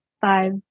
five